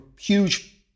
huge